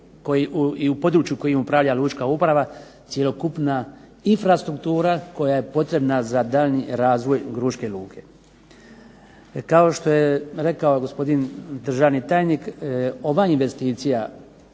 i u području kojim upravlja lučka uprava cjelokupna infrastruktura koja je potrebna za daljnji razvoj Gruške luke. Kao što je rekao gospodin državni tajnik ova investicija